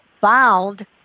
bound